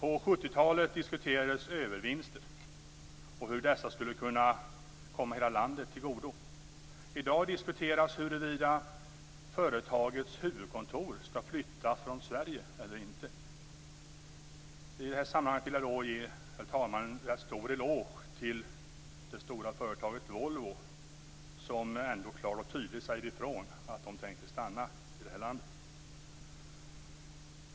På 70-talet diskuterades övervinster och hur dessa skulle kunna komma hela landet till godo. I dag diskuteras huruvida företagets huvudkontor skall flyttas från Sverige eller inte. I det här sammanhanget vill jag, herr talman, ge en rätt stor eloge till det stora företaget Volvo, som ändå klart och tydligt säger ifrån att man tänker stanna i det här landet.